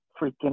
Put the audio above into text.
freaking